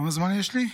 כמה זמן יש לי?